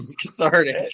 Cathartic